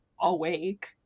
awake